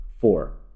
four